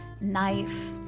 knife